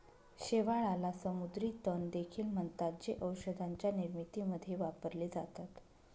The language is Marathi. शेवाळाला समुद्री तण देखील म्हणतात, जे औषधांच्या निर्मितीमध्ये वापरले जातात